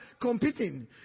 competing